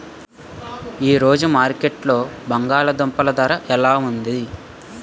ఈ రోజు మార్కెట్లో బంగాళ దుంపలు ధర ఎలా ఉంది?